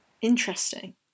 Interesting